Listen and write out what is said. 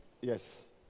Yes